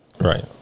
Right